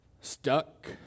stuck